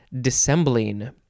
dissembling